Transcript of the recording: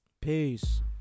Peace